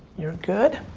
you're good.